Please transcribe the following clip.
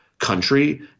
country